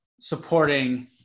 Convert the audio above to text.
supporting